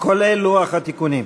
כולל לוח התיקונים.